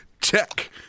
Check